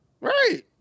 Right